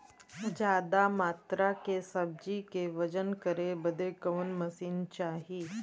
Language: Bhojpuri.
ज्यादा मात्रा के सब्जी के वजन करे बदे कवन मशीन चाही?